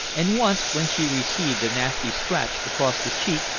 and once when she received a nasty scratch across the cheek,